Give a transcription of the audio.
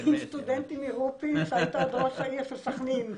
היינו סטודנטים מרופין כשהיית עוד ראש העיר של סכנין.